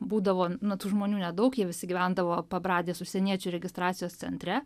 būdavo na tų žmonių nedaug jie visi gyvendavo pabradės užsieniečių registracijos centre